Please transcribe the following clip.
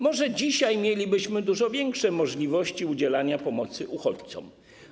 Może dzisiaj mielibyśmy dużo większe możliwości udzielania pomocy uchodźcom.